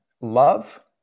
love